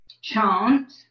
chant